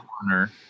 corner